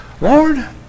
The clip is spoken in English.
Lord